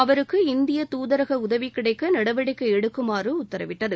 அவருக்கு இந்திய தூதரக உதவி கிளடக்க நடவடிக்கை எடுக்குமாறு உத்தரவிட்டது